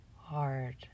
hard